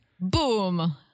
Boom